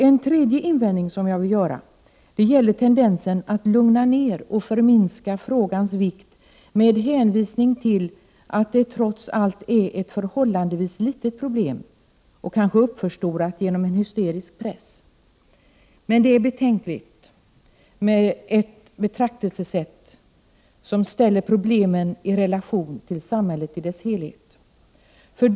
Min tredje invändning gäller tendensen att lugna ned och förminska frågans vikt med hänvisning till att problemet trots allt är förhållandevis litet, kanske uppförstorat genom en hysterisk press. Men det är betänkligt med ett betraktelsesätt som ställer problemen i relation till samhället i dess helhet.